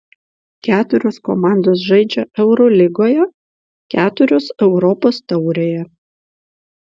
keturios komandos žaidžia eurolygoje keturios europos taurėje